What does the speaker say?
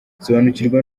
sobanukirwa